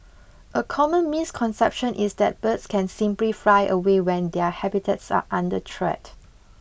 a common misconception is that birds can simply fly away when their habitats are under threat